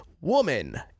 woman